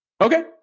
okay